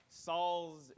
Saul's